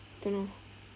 don't know